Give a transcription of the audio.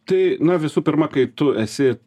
tai na visų pirma kai tu esi